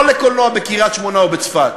לא לקולנוע בקריית-שמונה ובצפת,